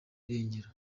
irengero